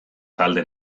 talde